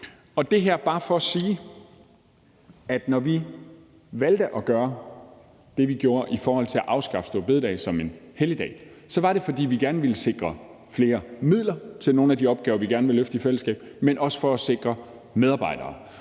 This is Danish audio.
Det her er bare for sige, at når vi valgte at gøre det, vi gjorde i forhold til at afskaffe store bededag som en helligdag, var det, fordi vi gerne ville sikre flere midler til nogle af de opgaver, vi gerne vil løfte i fællesskab, men også for at sikre medarbejdere.